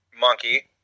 monkey